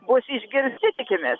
bus išgirsti tikimės